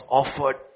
offered